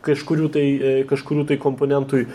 kažkurių tai kažkurių tai komponentui